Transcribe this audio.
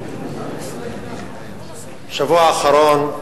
בשבוע האחרון,